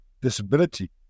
disability